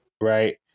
right